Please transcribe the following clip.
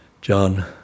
John